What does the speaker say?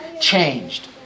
changed